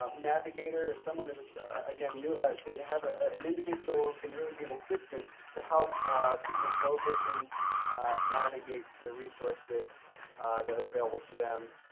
ah navigator. if someone is again new to have ah an individual can really be an assistant to help people with low vision navigate the resources that are available to them.